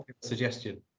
suggestion